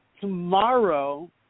tomorrow